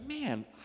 man